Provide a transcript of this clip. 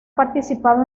participado